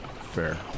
fair